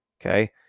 Okay